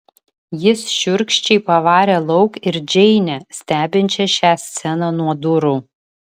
jis šiurkščiai pavarė lauk ir džeinę stebinčią šią sceną nuo durų